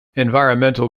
environmental